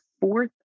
fourth